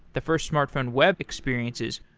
the first smartphone web experiences,